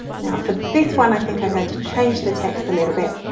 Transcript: now for this one i think i'm going to change the text a little bit,